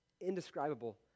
indescribable